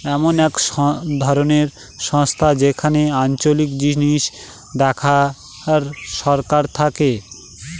এমন এক ধরনের সংস্থা যেখানে আঞ্চলিক জিনিস দেখার সরকার থাকে